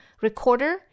recorder